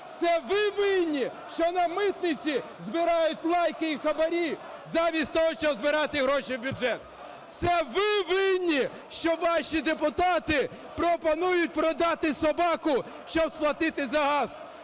Це ви винні, що на митниці збирають "лайки" і хабарі замість того, щоб збирати гроші в бюджет! Це ви винні, що ваші депутати пропонують продати собаку, щоб сплатити за газ!